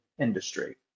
industry